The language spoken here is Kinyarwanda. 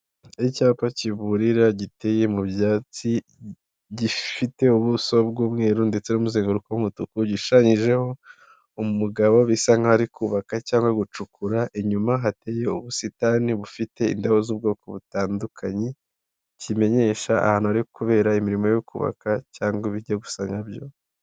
Aho icyapa kiburira giteye mu byatsi gifite ubuso bw'umweru ndetse n'umuzenguruko w'umutuku, gishushanyijeho umugabo bisa nk'aho ari kubaka cyangwa gucukura, inyuma hateye ubusitani bufite indabo z'ubwoko butandukanye. Kimenyesha ahantu hari kubera imirimo yo kubaka cyangwa ibijya gusa nabyo.